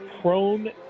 prone